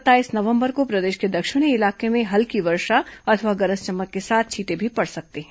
सत्ताईस नवंबर को प्रदेश के दक्षिणी इलाके में हल्की वर्षा अथवा गरज चमक के साथ छीटें भी पड़ सकते हैं